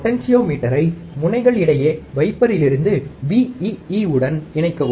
பொட்டென்சியோமீட்டரை முனைகள் இடையே வைப்பரிலிருந்து VEE உடன் இணைக்கவும்